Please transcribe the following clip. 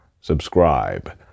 Subscribe